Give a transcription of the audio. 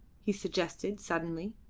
he suggested suddenly,